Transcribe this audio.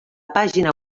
pàgina